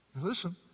listen